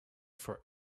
for